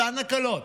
אותן הקלות,